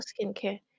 skincare